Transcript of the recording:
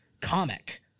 comic